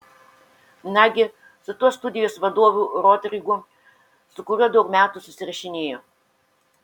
nagi su tuo studijos vadovu rodrigu su kuriuo daug metų susirašinėjo